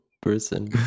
person